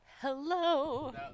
Hello